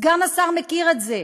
סגן השר מכיר את זה.